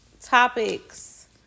topics